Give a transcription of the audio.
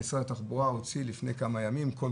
משרד התחבורה הוציא לפני כמה ימים קול